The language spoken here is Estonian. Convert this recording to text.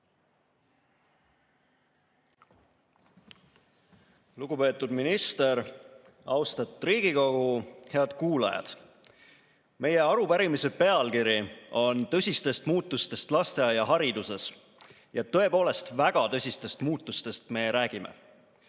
Lugupeetud minister! Austatud Riigikogu! Head kuulajad! Meie arupärimise pealkiri on "Tõsistest muutustest lasteaiahariduses" ja tõepoolest väga tõsistest muutustest me räägime.